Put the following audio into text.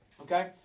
Okay